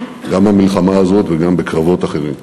גם במלחמה הזאת וגם בקרבות אחרים,